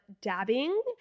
dabbing